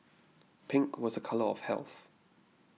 pink was a colour of health